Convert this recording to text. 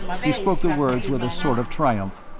he spoke the words with a sort of triumph.